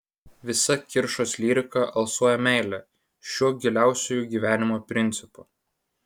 visa kiršos lyrika alsuoja meile šiuo giliausiuoju gyvenimo principu